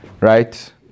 Right